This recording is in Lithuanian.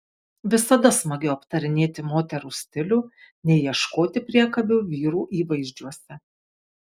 visada smagiau aptarinėti moterų stilių nei ieškoti priekabių vyrų įvaizdžiuose